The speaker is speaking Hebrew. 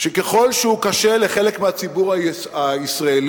שככל שהוא קשה לחלק מהציבור הישראלי,